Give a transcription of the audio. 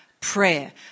prayer